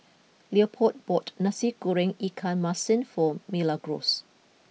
Leopold bought Nasi Goreng Ikan Masin for Milagros